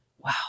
wow